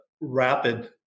rapid